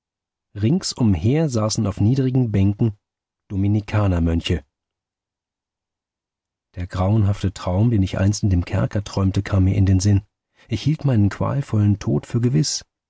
ringsumher saßen auf niedrigen bänken dominikanermönche der grauenhafte traum den ich einst in dem kerker träumte kam mir in den sinn ich hielt meinen qualvollen tod für gewiß